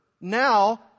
now